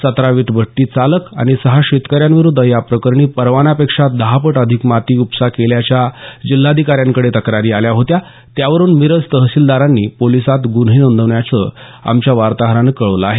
सतरा वीट भट्टी चालक आणि सहा शेतकऱ्यांविरुद्ध या प्रकरणी परवान्यापेक्षा दहापट अधिक माती उपसा केल्याच्या जिल्हाधिकाऱ्यांकडे तक्रारी आल्या होत्या त्यावरून मिरज तहसीलदारांनी पोलिसांत गुन्हे नोंदवल्याचं आमच्या वार्ताहरानं कळवलं आहे